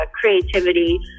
creativity